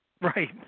Right